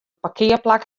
parkearplak